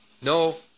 no